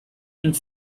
and